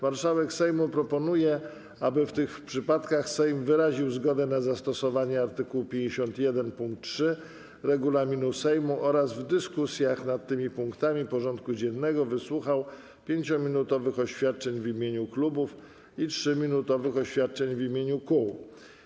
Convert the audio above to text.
Marszałek Sejmu proponuje, aby w tych przypadkach Sejm wyraził zgodę na zastosowanie art. 51 pkt 3 regulaminu Sejmu oraz w dyskusjach nad tymi punktami porządku dziennego wysłuchał 5-minutowych oświadczeń w imieniu klubów i 3-minutowych oświadczeń w imieniu kół.